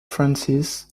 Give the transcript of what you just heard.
francis